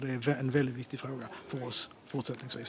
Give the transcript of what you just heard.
Detta är en väldigt viktig fråga för oss fortsättningsvis.